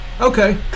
Okay